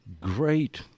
great